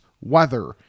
weather